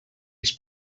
els